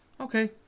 okay